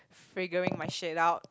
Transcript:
figuring my shit out